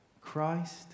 Christ